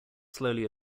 slowly